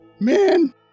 Man